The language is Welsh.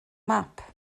map